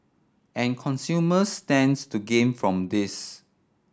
and consumers stands to gain from this